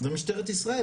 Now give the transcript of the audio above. זה משטרת ישראל.